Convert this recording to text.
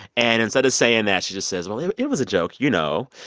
and instead of saying that, she just says, well, it it was a joke, you know.